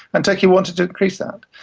and turkey wanted to increase that.